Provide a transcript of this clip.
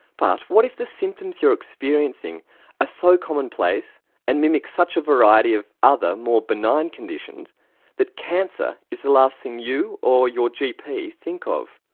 but what if the symptoms you're experiencing are ah so commonplace and mimic such a variety of other more benign conditions that cancer is the last thing you or your gp think of?